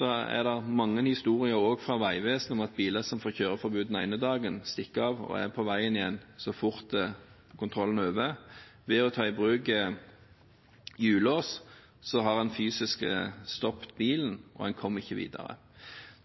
er mange historier, også fra Vegvesenet, om at biler som får kjøreforbud den ene dagen, stikker av og er på veien igjen så fort kontrollen er over. Ved å ta i bruk hjullås har en fysisk stoppet bilen, og den kommer ikke videre.